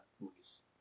movies